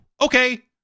okay